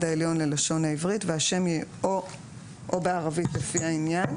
העליון ללשון העברית או בערבית לפי העניין,